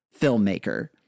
filmmaker